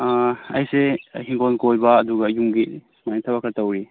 ꯑꯥ ꯑꯩꯁꯦ ꯍꯤꯡꯒꯣꯟ ꯀꯣꯏꯕ ꯑꯗꯨꯒ ꯌꯨꯝꯒꯤ ꯁꯨꯃꯥꯏꯅ ꯊꯕꯛ ꯈꯔ ꯇꯧꯔꯤ